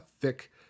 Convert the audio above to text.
thick